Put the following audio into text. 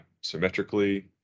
symmetrically